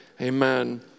amen